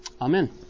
Amen